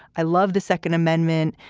i love the second amendment.